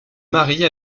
marie